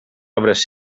obres